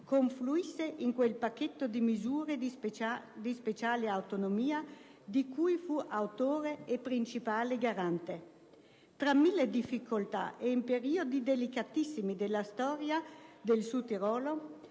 confluisse in quel pacchetto di misure di speciale autonomia di cui fu autore e principale garante. Tra mille difficoltà e in periodi delicatissimi della storia del Südtirol,